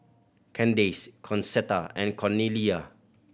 Kandace Concetta and Cornelia